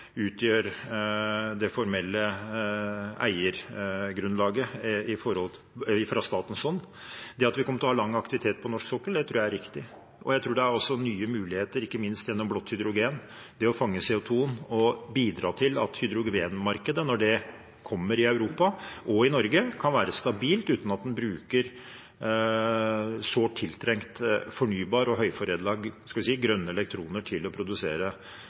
utgjør det formelle eiergrunnlaget fra statens hånd. Det at vi kommer til å ha lang aktivitet på norsk sokkel, tror jeg er riktig, og jeg tror også det er nye muligheter, ikke minst gjennom blått hydrogen – det å fange CO 2 og bidra til at hydrogenmarkedet, når det kommer i Europa og i Norge, kan være stabilt, uten at man bruker sårt tiltrengte, fornybare og høyforedlede grønne elektroner til å produsere